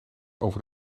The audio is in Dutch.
over